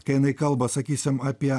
kai jinai kalba sakysim apie